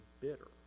bitter